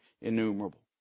innumerable